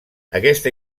aquesta